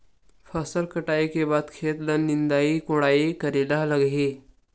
फसल कटाई के बाद खेत ल निंदाई कोडाई करेला लगही?